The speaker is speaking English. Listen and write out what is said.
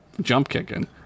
jump-kicking